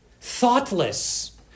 Thoughtless